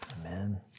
Amen